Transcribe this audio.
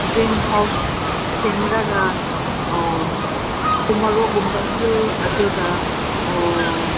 greenhouse ꯁꯦꯝꯂꯒ ꯎꯃꯣꯔꯣꯛꯀꯨꯝꯕꯁꯨ ꯑꯗꯨꯒ